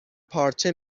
پارچه